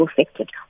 affected